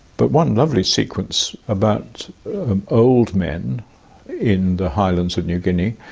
but one lovely sequence about old men in the highlands of new guinea,